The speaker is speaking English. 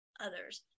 others